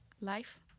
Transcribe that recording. life